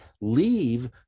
leave